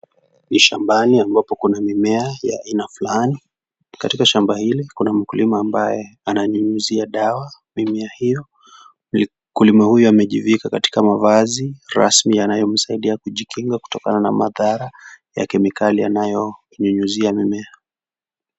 Ni shambani ambapo kuna mimea ya aina fulani. Katika shamba hili, kuna mkulima ambaye ananyunyizia dawa, mimea hiyo. Mkulima huyu amejivika katika mavazi rasmi yanayomsaidia kujikinga kutokana na madhara ya kemikali anayonyunyizia mimea.